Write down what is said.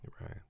Right